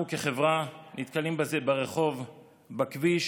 אנחנו כחברה נתקלים בזה ברחוב, בכביש